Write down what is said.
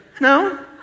No